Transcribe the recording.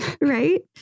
Right